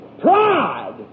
Pride